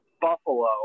Buffalo